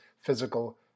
physical